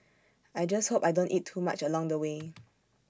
I just hope I don't eat too much along the way